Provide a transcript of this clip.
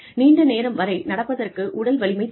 நீண்ட நேரம் வரை நடப்பதற்கு உடல் வலிமை தேவை